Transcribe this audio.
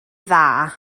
dda